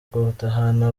kudahana